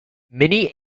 many